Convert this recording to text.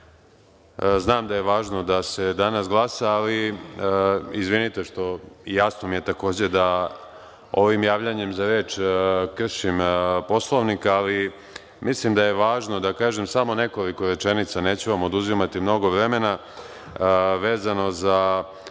Znam da je važno da se danas glasa i jasno mi je, takođe, da ovim javljanjem za reč kršim Poslovnik, ali mislim da je važno da kažem samo nekoliko rečenica. Neću vam oduzimati mnogo vremena. Vezano za